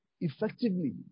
effectively